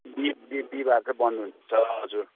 बि बि बिहिबार चाहिँ बन्द हुन्छ हजुर